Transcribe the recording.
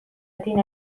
دین